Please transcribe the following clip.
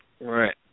Right